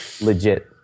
legit